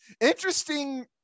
Interesting